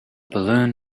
balloon